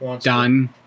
done